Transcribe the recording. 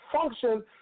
Function